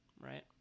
right